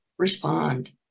respond